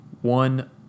One